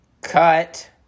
Cut